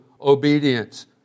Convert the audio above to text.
obedience